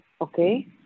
okay